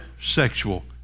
sexual